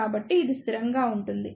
కాబట్టి ఇది స్థిరంగా ఉంటుంది